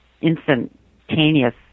instantaneous